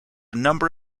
number